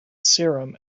serum